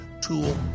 tool